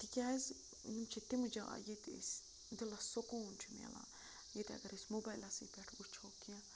تِکیٛازِ یِم چھِ تِمہٕ جاے ییٚتہِ أسۍ دِلَس سکوٗن چھِ مِلان ییٚتہِ اَگر أسۍ موبایلَسٕے پٮ۪ٹھ وٕچھو کیٚنٛہہ